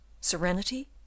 serenity